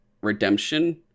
redemption